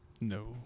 no